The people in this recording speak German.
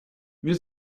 wir